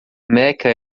meca